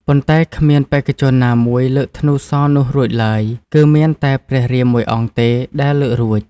ប៉ុន្តែគ្មានបេក្ខជនណាមួយលើកធ្នូសរនោះរួចឡើយ គឺមានតែព្រះរាមមួយអង្គទេ ដែលលើករួច។